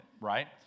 right